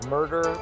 Murder